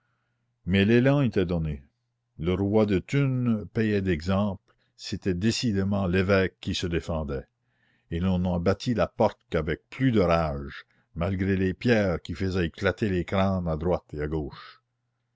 mais l'élan était donné le roi de thunes payait d'exemple c'était décidément l'évêque qui se défendait et l'on n'en battit la porte qu'avec plus de rage malgré les pierres qui faisaient éclater les crânes à droite et à gauche